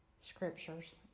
scriptures